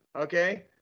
Okay